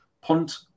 Punt